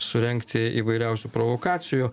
surengti įvairiausių provokacijų